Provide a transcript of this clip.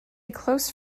close